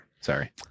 Sorry